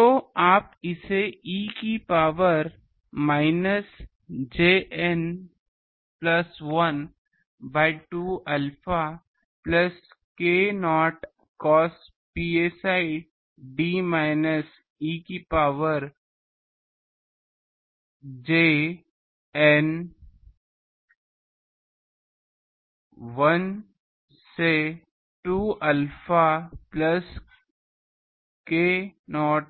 तो आप इसे e की power minus j N plus 1 by 2 alpha plus k0 cos psi d minus e की power plus l N plus 1 से 2 alpha plus k0